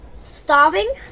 starving